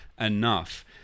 enough